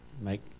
make